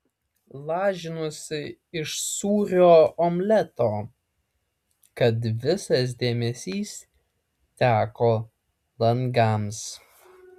lažinuosi iš sūrio omleto kad visas dėmesys teko langams